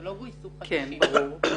ברור.